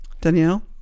Danielle